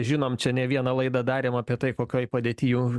žinom čia ne vieną laidą darėm apie tai kokioj padėtyj jau